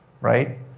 right